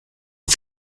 auf